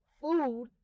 food